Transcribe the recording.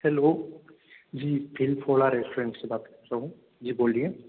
hello जी king restaurant से बात कर रहा हूँ जी बोलिए